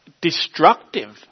destructive